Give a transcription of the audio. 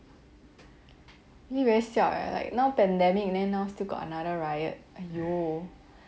actually very siao leh like now pandemic and then now still got another riot !aiyo!